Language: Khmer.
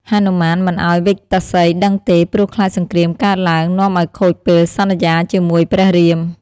ហនុមានមិនឱ្យវិកតាសីដឹងទេ ព្រោះខ្លាចសង្គ្រាមកើតឡើង នាំឱ្យខូចពេលសន្យាជាមួយព្រះរាម។